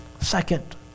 Second